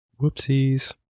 Whoopsies